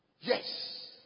Yes